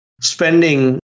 spending